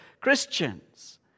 Christians